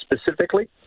specifically